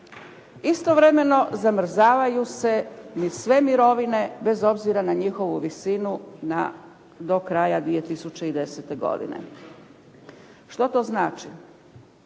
Istovremeno zamrzavaju se i sve mirovine, bez obzira na njihovu visinu do kraja 2010. godine. Što to znači?